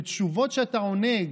של תשובות שאתה עונה,